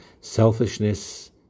Selfishness